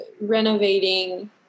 renovating